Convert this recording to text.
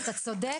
אתה צודק,